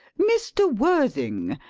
mr. worthing,